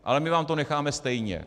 Ale my vám to necháme stejně...